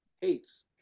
hates